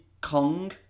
Kong